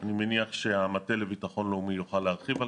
אני מניח שהמטה לביטחון לאומי יוכל להרחיב על